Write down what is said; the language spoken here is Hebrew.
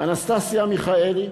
אנסטסיה מיכאלי,